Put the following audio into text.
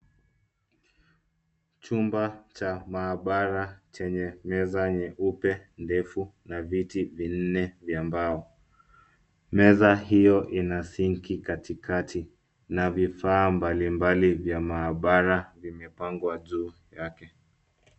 Chumba cha maabara chenye meza nyeupe ndefu na viti vinne vya mbao. Meza hiyo ina sinki katikati na vifaa mbalimba vya maabara vimepangwa juu yake.